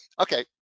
Okay